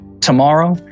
tomorrow